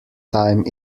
time